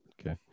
Okay